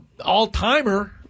all-timer